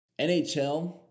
NHL